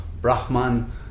Brahman